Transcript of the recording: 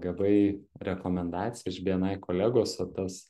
gavai rekomendaciją iš bni kolegos o tas